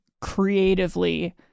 creatively